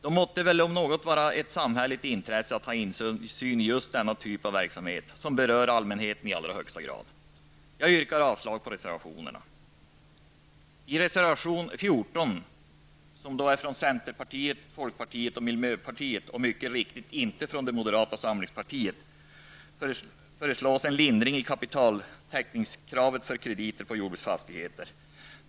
Det måtte väl, om något, vara ett samhälleligt intresse att ha insyn i just denna typ av verksamhet, som berör allmänheten i allra högsta grad. Jag yrkar avslag på reservationerna. I reservation 14 yrkar centern, folkpartiet och miljöpartiet på en lindring i kapitaltäckningskravet för krediter på jordbruksfastigheter.